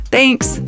Thanks